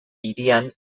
hirian